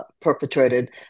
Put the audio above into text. perpetrated